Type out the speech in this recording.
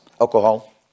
alcohol